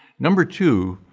number two,